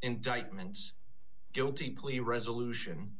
indictment guilty plea resolution